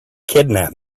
kidnap